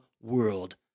world